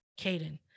Caden